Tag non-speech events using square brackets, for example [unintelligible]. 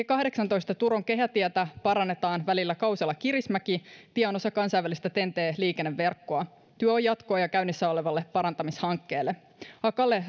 [unintelligible] kahdeksantoista turun kehätietä parannetaan välillä kausela kirismäki tie on osa kansainvälistä ten t liikenneverkkoa työ on jatkoa jo käynnissä olevalle parantamishankkeelle akaalle [unintelligible]